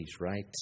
right